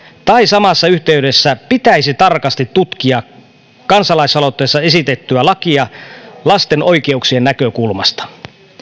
tai samassa yhteydessä pitäisi tarkasti tutkia kansalaisaloitteessa esitettyä lakia lasten oikeuksien näkökulmasta